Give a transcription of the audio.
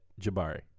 Jabari